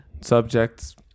subjects